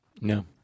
No